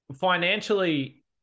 Financially